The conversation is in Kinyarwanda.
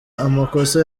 amakosa